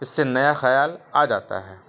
اس سے نیا خیال آ جاتا ہے